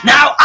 Now